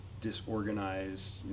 disorganized